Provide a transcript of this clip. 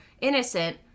innocent